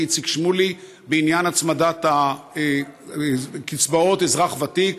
איציק שמולי בעניין הצמדת קצבאות אזרח ותיק,